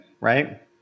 right